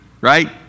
right